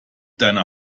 deiner